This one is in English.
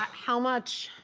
um how much?